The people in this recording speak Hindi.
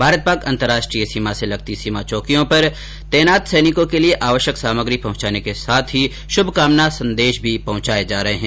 भारत पाक अंतरराष्ट्रीय सीमा से लगती सीमा चौकियों पर तैनात सैनिकों के लिए आवश्यक सामग्री पहुंचाने के साथ ही शुभ कामना सन्देश भी पहुंचाए जा रहे है